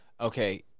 okay